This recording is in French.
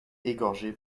égorgé